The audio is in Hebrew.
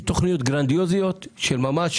יש תוכניות גרנדיוזיות של ממש,